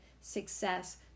success